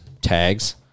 tags